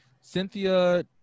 Cynthia